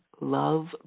love